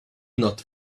not